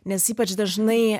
nes ypač dažnai